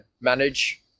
manage